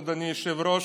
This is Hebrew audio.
אדוני היושב-ראש,